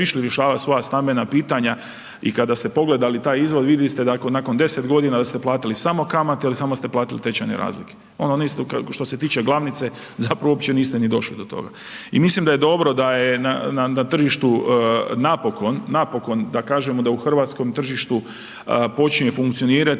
išli rješavati svoja stambena pitanja i kada ste pogledali taj izvod, vidli ste da nakon 10 godina ste platili samo kamate ili samo ste platili tečajne razlike. Ono niste što se tiče glavnice, zapravo uopće niste ni došli do toga i mislim da je dobro da je na tržištu napokon, da kažemo da u hrvatskom tržištu počinje funkcionirati